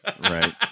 Right